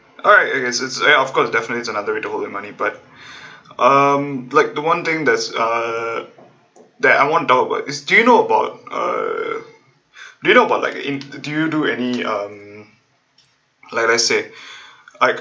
ah yes it's it's uh of course definitely it's another way to hold their money but um like the one thing there's uh that I want to talk about is do you know about err do you know about like in do you do any um like I said I